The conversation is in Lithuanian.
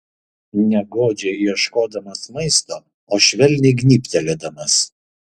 ne godžiai ieškodamas maisto o švelniai gnybtelėdamas